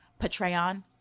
Patreon